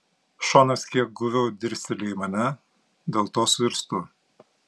šonas kiek guviau dirsteli į mane dėl to suirztu